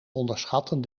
onderschatten